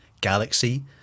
galaxy